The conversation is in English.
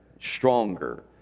stronger